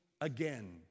again